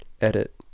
Edit